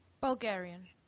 Bulgarian